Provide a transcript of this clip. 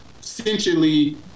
essentially